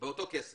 באותו סכום.